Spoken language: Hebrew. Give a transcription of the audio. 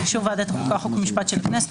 ובאישור ועדת החוקה חוק ומשפטשל הכנסת,